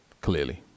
Clearly